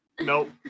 Nope